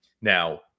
Now